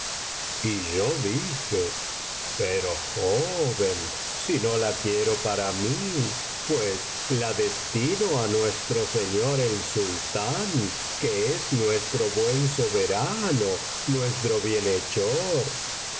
y yo dije pero joven si no la quiero para mí pues la destino á nuestro señor el sultán que es nuestro buen soberano nuestro